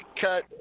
cut